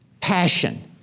passion